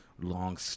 long